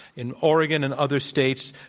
in oregon and other states,